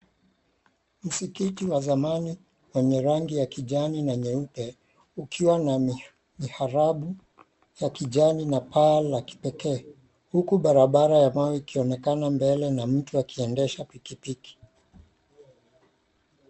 Msikiti wa zamani wenye rangi ya kijani na nyeupe, ukiwa na miharabu ya kijani na paa la kipekee, huku barabara ya mawe ikionekana mbele na mtu akiendesha pikipiki.